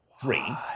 three